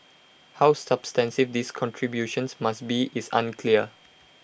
how substantive these contributions must be is unclear